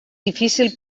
difícil